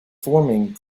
forming